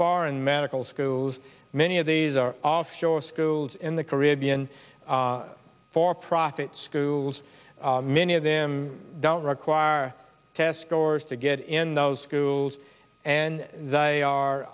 foreign medical schools many of these are offshore schools in the caribbean for profit schools many of them don't require our test scores to get in those schools and they